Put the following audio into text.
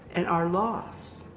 and our laws.